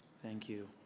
thank you.